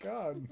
God